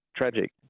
tragic